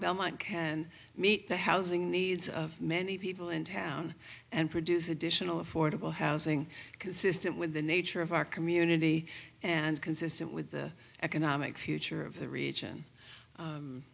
belmont can meet the housing needs of many people in town and produce additional affordable housing consistent with the nature of our community and consistent with the economic future of the region